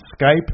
Skype